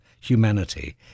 humanity